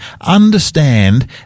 understand